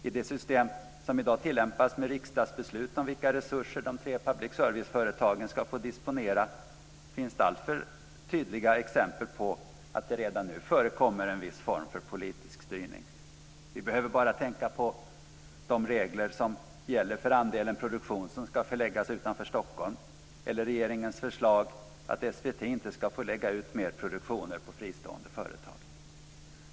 I det system som i dag tillämpas med riksdagsbeslut om vilka resurser de tre public service-företagen ska få disponera finns alltför tydliga exempel på att det redan nu förekommer en viss form av politisk styrning. Vi behöver bara tänka på de regler som gäller för andelen produktion som ska förläggas utanför Stockholm eller regeringens förslag att SVT inte ska få lägga ut mer produktioner på fristående företag.